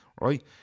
Right